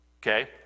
Okay